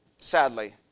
sadly